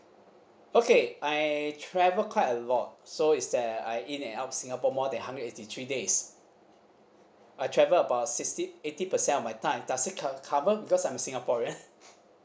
okay I travel quite a lot so is that I in and out singapore more than hundred eighty three days I travel about sixty eighty percent of my time does it co~ cover because I'm singaporean